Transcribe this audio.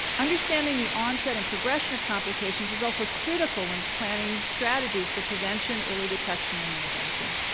understanding the onset and progression of complications is also critical when planning strategies for prevention, early detection, and intervention.